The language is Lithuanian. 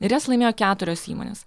ir jas laimėjo keturios įmonės